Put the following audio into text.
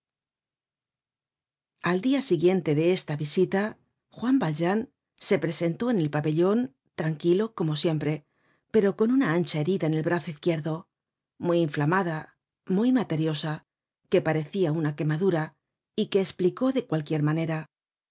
al dia siguiente de esta visita juan valjean se presentó en el pabellon tranquilo como siempre pero con una ancha herida en el brazo izquierdo muy inflamada muy materiosa que parecia una quemadura y que esplicó de cualquier manera